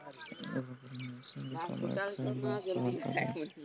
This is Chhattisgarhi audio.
गाँव कर मइनसे मन कमाए खाए बर सहर कती आए में लगिन अहें